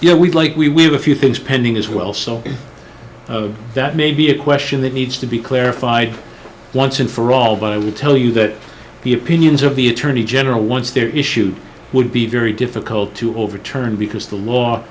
know we'd like we we have a few things pending as well so that may be a question that needs to be clarified once and for all but i would tell you that the opinions of the attorney general once they're issued would be very difficult to overturn because the law